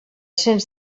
cens